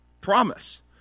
promise